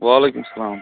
وعلیکُم سلام